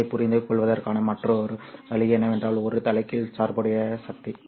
இதைப் புரிந்து கொள்வதற்கான மற்றொரு வழி என்னவென்றால் ஒரு தலைகீழ் சார்புடைய சந்தி